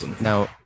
Now